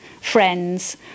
friends